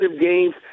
games